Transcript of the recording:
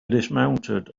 dismounted